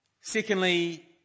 Secondly